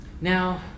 Now